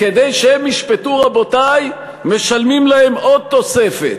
כדי שהם ישפטו, רבותי, משלמים להם עוד תוספת.